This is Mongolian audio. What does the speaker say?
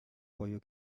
буюу